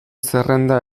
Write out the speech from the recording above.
zerrenda